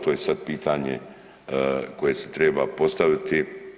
To je sad pitanje koje se treba postaviti.